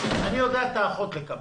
אני יודע לכמת את שכר האחות.